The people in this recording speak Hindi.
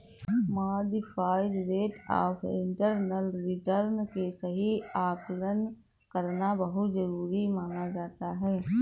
modified rate of internal return के सही आकलन करना बहुत जरुरी माना जाता है